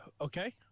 Okay